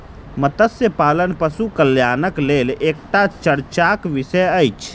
मत्स्य पालन पशु कल्याणक लेल एकटा चर्चाक विषय अछि